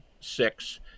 six